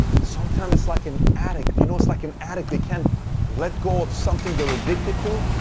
sometimes it's like an addict. you know it's like an addict. they can't let go of something they're addicted to.